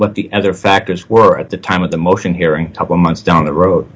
what the other factors were at the time of the motion hearing couple months down the road